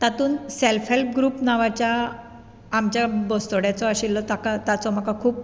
तातूंत self help group नांवाच्या आमच्या बस्तोड्याचो आशिल्लो ताचो म्हाका खूब